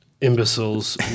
imbeciles